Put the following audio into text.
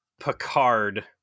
Picard